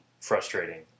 frustrating